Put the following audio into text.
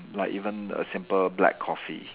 like even a simple black coffee